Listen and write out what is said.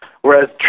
Whereas